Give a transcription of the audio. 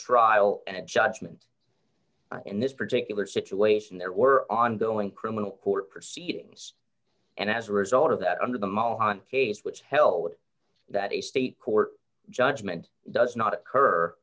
trial and a judgment in this particular situation there were ongoing criminal court proceedings and as a result of that under the mohan case which hell would that a state court judgement does not occur